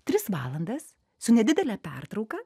tris valandas su nedidele pertrauka